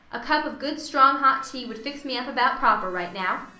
a cup of good strong hot tea would fix me up about proper, right now.